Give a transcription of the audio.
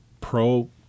pro